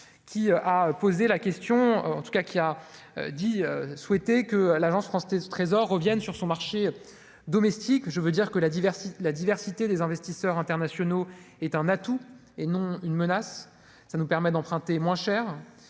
qui a posé la question en tout cas qu'il a dit souhaiter que à l'Agence France Trésor reviennent sur son marché domestique, je veux dire que la diversité, la diversité des investisseurs internationaux est un atout et non une menace, ça nous permet d'emprunter moins cher,